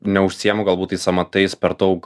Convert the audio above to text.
neužsiemu galbūt tais amatais per daug